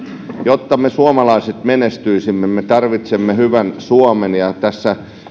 jotta me suomalaiset menestyisimme me tarvitsemme hyvän suomen ja tässä